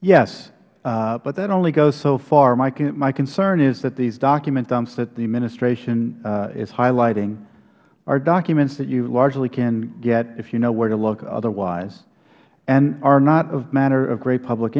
yes but that only goes so far my concern is that these document dumps that the administration is highlighting are documents that you largely can get if you know where to look otherwise and are not a matter of great public